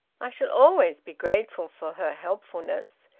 i shall always be grateful for her helpfulness!